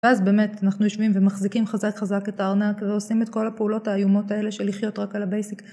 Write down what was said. ואז באמת אנחנו יושבים ומחזיקים חזק חזק את הארנק ועושים את כל הפעולות האיומות האלה של לחיות רק על הבייסיק.